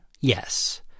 yes